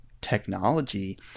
technology